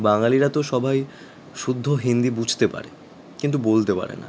বাঙালিরা তো সবাই শুদ্ধ হিন্দি বুঝতে পারে কিন্তু বলতে পারে না